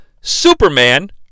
Superman